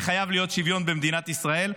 וחייב להיות שוויון במדינת ישראל,